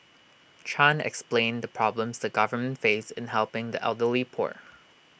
chan explained the problems the government face in helping the elderly poor